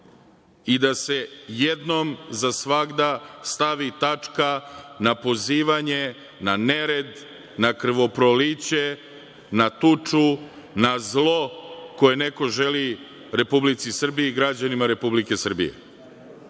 i da se jednom za svagda stavi tačka na pozivanje na nered, na krvoproliće, na tuču, na zlo koje neko želi Republici Srbiji i građanima Republike Srbije. Boško